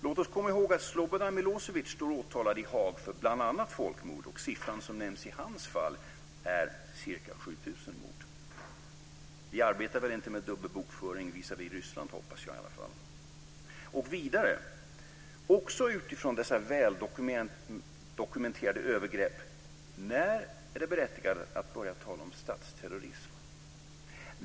Låt oss komma i håg att Slobodan Milosevic står åtalad i Haag för bl.a. folkmord. Siffran som nämns i hans fall är ca 7 000 mord. Jag hoppas att vi inte arbetar med dubbel bokföring visavi Ryssland. När är det, också utifrån dessa väldokumenterade övergrepp, berättigat att börja tala om statsterrorism?